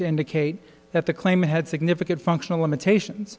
to indicate that the claim had significant functional limitations